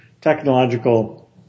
technological